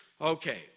Okay